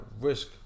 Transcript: risk